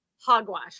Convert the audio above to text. hogwash